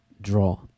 draw